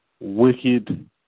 wicked